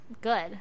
good